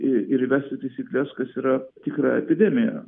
ir įvesti taisykles kas yra tikra epidemija